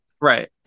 right